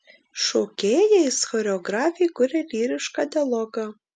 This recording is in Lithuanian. šokėjais choreografė kuria lyrišką dialogą